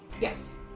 Yes